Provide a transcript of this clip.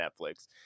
Netflix